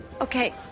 Okay